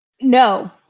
No